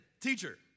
teacher